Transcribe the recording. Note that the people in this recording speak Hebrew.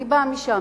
אני באה משם,